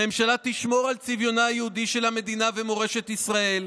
הממשלה תשמור על צביונה היהודי של המדינה ומורשת ישראל,